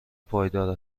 پایدار